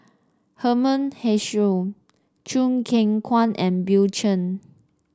Herman Hochstadt Choo Keng Kwang and Bill Chen